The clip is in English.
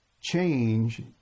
change